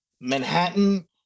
Manhattan